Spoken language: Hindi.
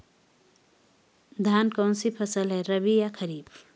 धान कौन सी फसल है रबी या खरीफ?